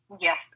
Yes